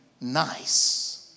nice